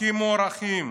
הכי מוערכים,